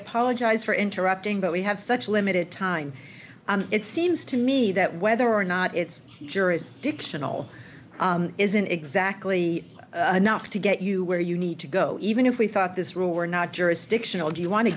apologize for interrupting but we have such limited time it seems to me that whether or not it's jurisdictional isn't exactly enough to get you where you need to go even if we thought this rule were not jurisdictional do you want to